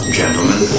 gentlemen